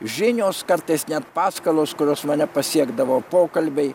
žinios kartais net paskalos kurios mane pasiekdavo pokalbiai